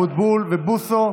משה אבוטבול ואוריאל בוסו,